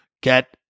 get